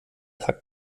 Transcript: tag